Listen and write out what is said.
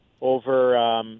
over